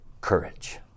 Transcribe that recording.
courage